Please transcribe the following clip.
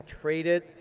traded